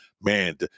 man